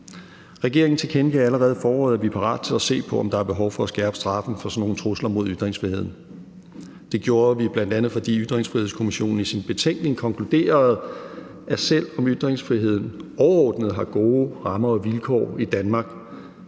Regeringen tilkendegav allerede i foråret, at vi er parate til at se på, om der er behov for at skærpe straffen for sådan nogle trusler mod ytringsfriheden. Det gjorde vi bl.a., fordi Ytringsfrihedskommissionen i sin betænkning konkluderede, at selv om ytringsfriheden overordnet har gode rammer og vilkår i Danmark,